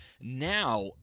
Now